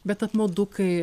bet apmaudu kai